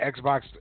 Xbox